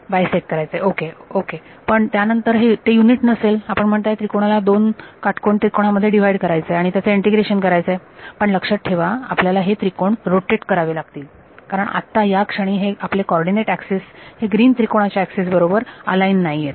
bisect करायचं okay परंतु त्यानंतर ते युनिट नसेल आपण म्हणताय त्रिकोणाला 2 काटकोन त्रिकोणा मध्ये डिवाइड करायचं आणि त्यांचे इंटिग्रेशन करायचं परंतु लक्षात ठेवा आपल्याला हे त्रिकोण रोटेट करावे लागतील कारण आत्ता या क्षणी आपले कॉर्डीनेट एक्सिस हे ग्रीन त्रिकोणाच्या एक्सिस बरोबर अलाईन नाहीयेत